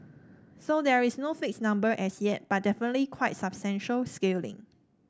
so there is no fixed number as yet but definitely quite substantial scaling